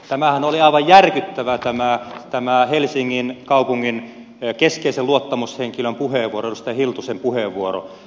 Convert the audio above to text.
tämähän oli aivan järkyttävä tämä helsingin kaupungin keskeisen luottamushenkilön puheenvuoro edustaja hiltusen puheenvuoro